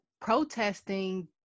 protesting